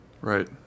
Right